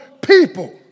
people